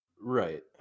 right